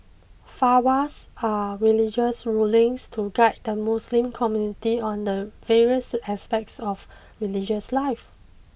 Fatwas are religious rulings to guide the Muslim community on the various aspects of religious life